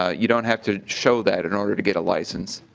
ah you don't have to show that in order to get a license.